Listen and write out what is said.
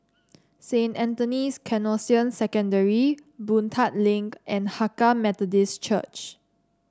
Saint Anthony's Canossian Secondary Boon Tat Link and Hakka Methodist Church